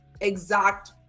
exact